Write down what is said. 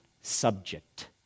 subject